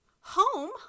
Home